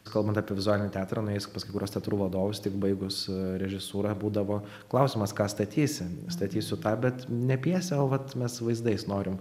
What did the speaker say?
kalbant apie vizualinį teatrą nuėjus pas kai kuriuos teatrų vadovus tik baigus režisūrą būdavo klausimas ką statysi statysiu tą bet ne pjesę o vat mes vaizdais norim